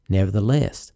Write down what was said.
Nevertheless